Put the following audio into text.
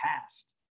past